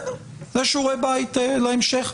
זה שיעורי בית להמשך.